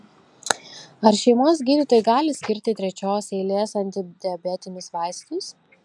ar šeimos gydytojai gali skirti trečios eilės antidiabetinius vaistus